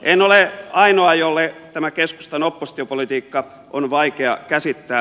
en ole ainoa jolle tämä keskustan oppositiopolitiikka on vaikea käsittää